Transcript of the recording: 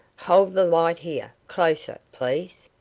hold the light here, closer, please.